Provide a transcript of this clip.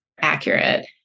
accurate